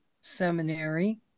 Seminary